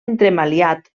entremaliat